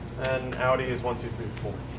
and audi is one, two, three, four.